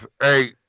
Hey